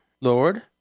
Lord